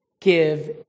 give